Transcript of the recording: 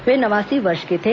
वे नवासी वर्ष के थे